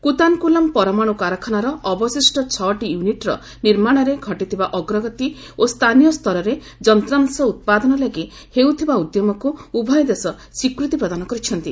କୁତାନ୍କୁଲମ୍ ପରମାଣୁ କାରଖାନାର ଅବଶିଷ୍ଟ ଛଅଟି ୟୁନିଟ୍ର ନିର୍ମାଣରେ ଘଟିଥିବା ଅଗ୍ରଗତି ଓ ସ୍ଥାନୀୟ ସ୍ତରରେ ଯନ୍ତ୍ରାଂଶ ଉତ୍ପାଦନ ଲାଗି ହେଉଥିବା ଉଦ୍ୟମକୁ ଉଭୟ ଦେଶ ସ୍ୱୀକୃତି ପ୍ରଦାନ କରିଛନ୍ତି